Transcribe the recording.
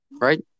Right